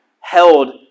held